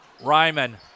Ryman